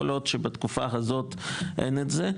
כל עוד שבתקופה הזאת אין את זה,